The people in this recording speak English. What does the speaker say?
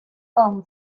own